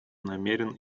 намерен